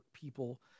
people